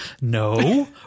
No